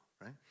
right